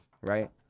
right